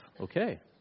Okay